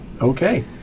Okay